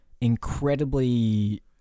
incredibly